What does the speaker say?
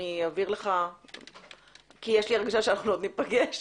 כי יש לי הרגשה שעוד ניפגש.